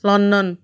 London